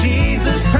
Jesus